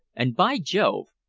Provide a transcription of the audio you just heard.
and, by jove!